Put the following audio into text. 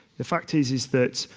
the fact is is that,